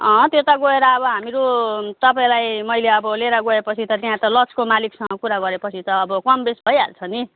अँ त्यता गएर हामीहरू तपाईँलाई मैले अब लिएर गएपछि त त्यहाँ त लजको मालिकसँग कुरा गरेपछि त अब कमबेस भइहाल्छ नि